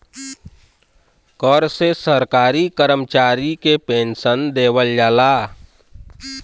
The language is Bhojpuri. कर से सरकारी करमचारी के पेन्सन देवल जाला